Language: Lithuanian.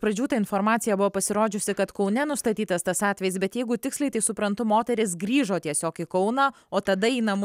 pradžių ta informacija buvo pasirodžiusi kad kaune nustatytas tas atvejis bet jeigu tiksliai tai suprantu moteris grįžo tiesiog į kauną o tada į namu